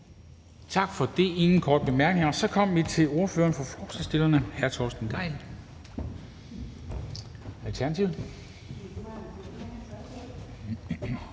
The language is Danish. Tak for det. Der er ingen korte bemærkninger. Så kom vi til ordføreren for forslagsstillerne, hr. Torsten Gejl, Alternativet.